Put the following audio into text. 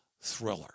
thriller